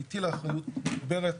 והטילה אחריות מוגברת